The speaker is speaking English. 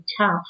tough